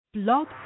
Blog